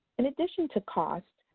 in addition to costs,